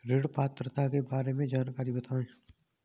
ऋण पात्रता के बारे में जानकारी बताएँ?